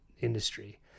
industry